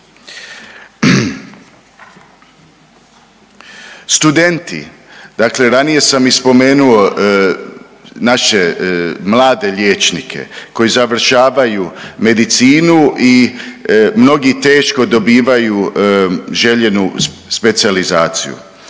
Studenti, dakle ranije sam ih spomenuo naše mlade liječnike koji završavaju medicinu i mnogi teško dobivaju željenu specijalizaciju.